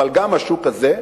אבל גם השוק הזה,